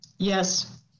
Yes